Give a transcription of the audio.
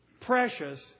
precious